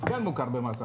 אז הוא כן מוכר במס הכנסה.